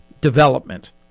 development